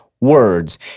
words